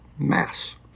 mass